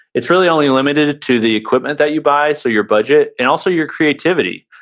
it's really only limited to the equipment that you buy, so your budget and also your creativity.